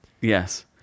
Yes